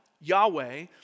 Yahweh